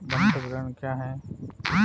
बंधक ऋण क्या है?